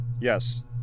Yes